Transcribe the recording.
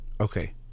Okay